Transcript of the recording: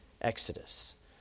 Exodus